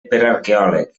arqueòleg